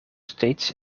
steeds